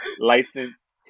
license